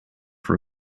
for